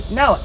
no